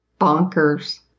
bonkers